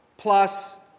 plus